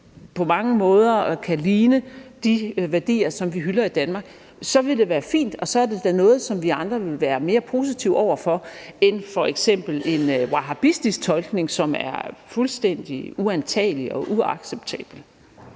på mange måder kan være på linje med de værdier, som vi hylder i Danmark, vil det være fint, og så er det da noget, som vi andre vil være mere positive over for end f.eks. en wahabistisk tolkning, som er fuldstændig uantagelig og uacceptabel.